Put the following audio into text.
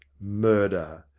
murder.